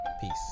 Peace